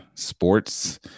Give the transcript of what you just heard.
sports